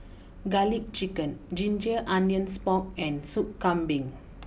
Garlic Chicken Ginger Onions Pork and Soup Kambing